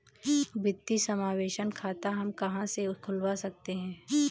वित्तीय समावेशन खाता हम कहां से खुलवा सकते हैं?